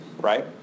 Right